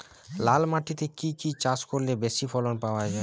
লাল মাটিতে কি কি চাষ করলে বেশি ফলন পাওয়া যায়?